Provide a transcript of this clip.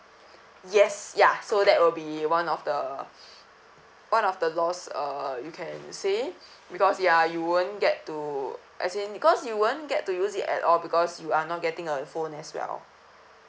yes ya so that will be one of the one of the loss uh you can say because ya you won't get to as in because you won't get to use it at all because you are not getting a phone as well